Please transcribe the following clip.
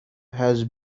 has